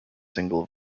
single